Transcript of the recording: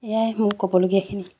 এয়াই মোক ক'বলগীয়াখিনি